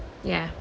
yeah